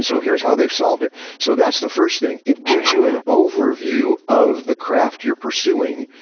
so here's how they've solved it. so, that's the first thing, it gives you an overview of the craft you're pursuing.